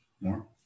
More